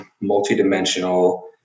multi-dimensional